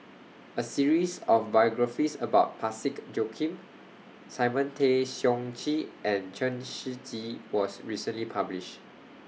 A series of biographies about Parsick Joaquim Simon Tay Seong Chee and Chen Shiji was recently published